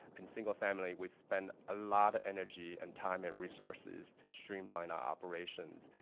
in single family, we spend a lot of energy, and time, and resources to streamline our operations.